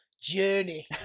Journey